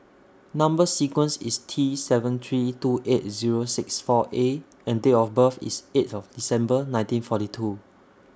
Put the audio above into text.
Number sequence IS T seven three two eight Zero six four A and Date of birth IS eighth December nineteen forty two